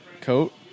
coat